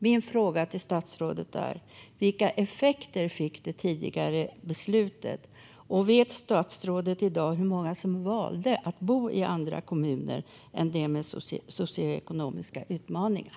Mina frågor till statsrådet är: Vilka effekter fick det tidigare beslutet, och vet statsrådet i dag hur många som valde att bo i andra kommuner än i dem med socioekonomiska utmaningar?